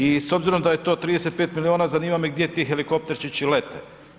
I s obzirom da je to 35 milijuna zanima me gdje ti helikopterčići lete?